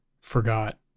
forgot